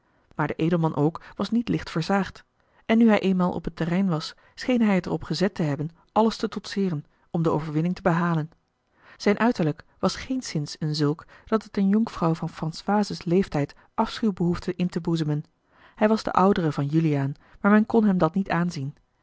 aar de edelman ook was niet licht versaagd en nu hij eenmaal op het terrein was scheen hij het er op gezet te hebben alles te trotseeren om de overwinning te behalen zijn uiterlijk was geenszins een zulk dat het eene jonkvrouw van françoise's leeftijd afschuw behoefde in te boezemen hij was de oudere van juliaan maar men kon hem dat niet aanzien